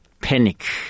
panic